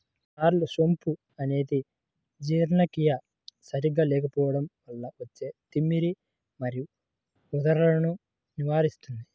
star సోంపు అనేది జీర్ణక్రియ సరిగా లేకపోవడం వల్ల వచ్చే తిమ్మిరి మరియు ఉదరాలను నివారిస్తుంది